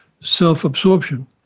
self-absorption